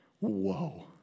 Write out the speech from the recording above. whoa